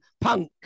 punk